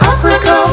Africa